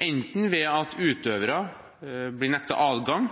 enten at utøvere blir nektet adgang,